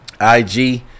IG